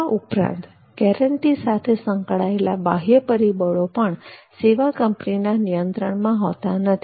આ ઉપરાંત ગેરંટી સાથે સંકળાયેલા બાહ્ય પરિબળો પણ સેવા કંપનીના નિયંત્રણમાં હોતા નથી